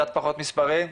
קצת פחות מספרים,